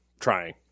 Trying